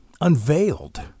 unveiled